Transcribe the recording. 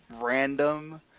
random